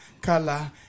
color